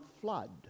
Flood